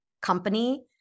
company